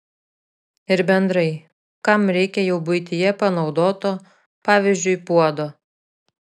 ir bendrai kam reikia jau buityje panaudoto pavyzdžiui puodo